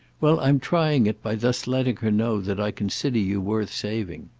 well, i'm trying it by thus letting her know that i consider you worth saving.